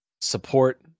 support